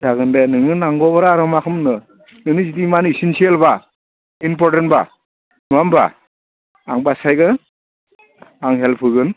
जागोन दे नोङो नांगौब्ला आरो मा खालामनो नोंनो जुदि इमान इसिन्सियेलब्ला इम्परटेनब्ला नङा होमब्ला आं बासायगोन आं हेल्प होगोन